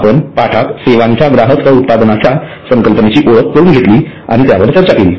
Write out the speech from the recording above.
आपण या पाठात सेवांच्या ग्राहक सह उत्पादनाच्या संकल्पनेची ओळख करून घेतली आणि त्यावर चर्चा केली